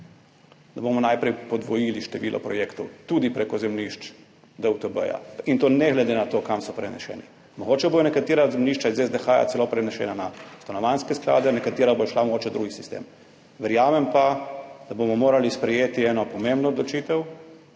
da bomo najprej podvojili število projektov tudi preko zemljišč DUTB, in to ne glede na to, kam so preneseni. Mogoče bodo nekatera zemljišča s SDH celo prenesena na stanovanjske sklade, nekatera bodo šla mogoče v drug sistem. Verjamem pa, da bomo morali sprejeti eno pomembno odločitev,